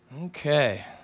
Okay